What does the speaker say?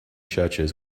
churches